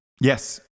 Yes